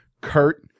Kurt